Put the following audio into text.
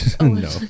No